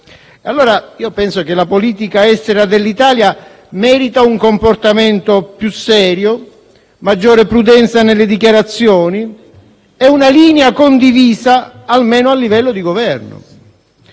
Io penso che la politica estera dell'Italia meriti un comportamento più serio, maggiore prudenza nelle dichiarazioni e una linea condivisa almeno a livello di Governo.